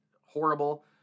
horrible